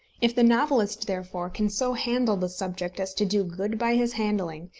if the novelist, therefore, can so handle the subject as to do good by his handling,